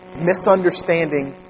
misunderstanding